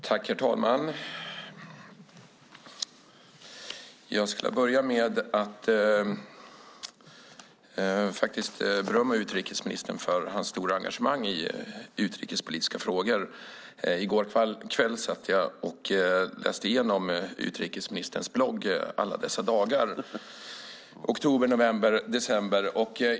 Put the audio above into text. Herr talman! Jag skulle vilja börja med att berömma utrikesministern för hans stora engagemang i utrikespolitiska frågor. I går kväll satt jag och läste igenom utrikesministerns blogg Alla dessa dagar från oktober, november och december.